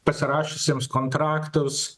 pasirašiusiems kontraktus